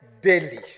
daily